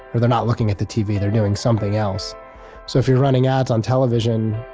or they're not looking at the tv, they're doing something else so, if you're running ads on television,